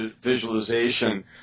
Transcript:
visualization